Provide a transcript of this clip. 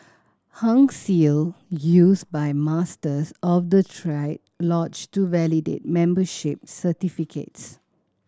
Hung Seal used by Masters of the triad lodge to validate membership certificates